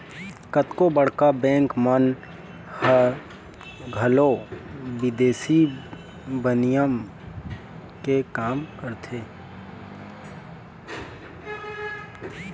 कतको बड़का बड़का बेंक मन ह घलोक बिदेसी बिनिमय के काम करथे